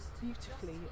beautifully